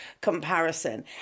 comparison